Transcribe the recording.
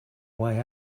way